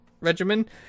regimen